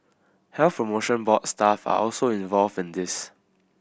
Health Promotion Board staff are also involved in this